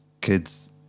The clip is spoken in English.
kids